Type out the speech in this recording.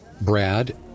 Brad